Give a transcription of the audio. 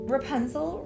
Rapunzel